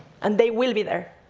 and they will be there.